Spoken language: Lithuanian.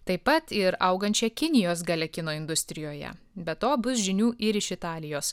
taip pat ir augančia kinijos galia kino industrijoje be to bus žinių ir iš italijos